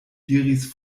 diris